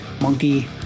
monkey